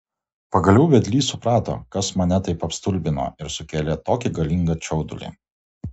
pagaliau vedlys suprato kas mane taip apstulbino ir sukėlė tokį galingą čiaudulį